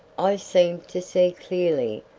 i seemed to see clearly,